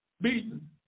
beaten